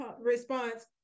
response